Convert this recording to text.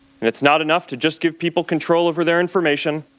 and it's not enough to just give people control over their information.